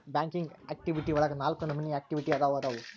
banking activity ಒಳಗ ನಾಲ್ಕ ನಮೋನಿ ಆಕ್ಟಿವಿಟಿ ಅದಾವು ಅದಾವು